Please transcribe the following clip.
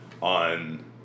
on